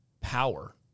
power